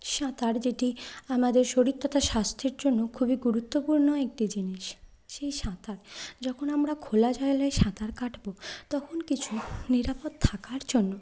সাঁতার যেটি আমাদের শরীর তথা স্বাস্থ্যের জন্য খুবই গুরুত্বপূর্ণ একটি জিনিস সেই সাঁতার যখন আমরা খোলা জায়গায় সাঁতার কাটবো তখন কিছু নিরাপদ থাকার জন্য